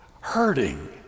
hurting